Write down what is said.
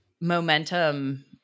momentum